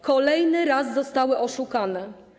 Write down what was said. Kolejny raz zostały oszukane.